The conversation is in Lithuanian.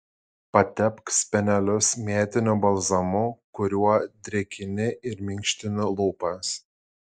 patepk spenelius mėtiniu balzamu kuriuo drėkini ir minkštini lūpas